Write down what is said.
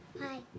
Hi